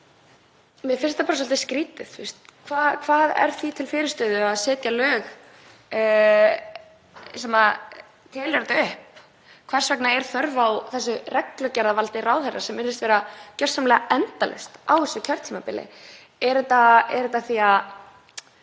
Mér finnst það bara svolítið skrýtið. Hvað er því til fyrirstöðu að setja lög sem telja þetta upp? Hvers vegna er þörf á reglugerðarvaldi ráðherra sem virðist vera gjörsamlega endalaust á þessu kjörtímabili?